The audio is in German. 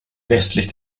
westlich